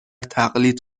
تقلید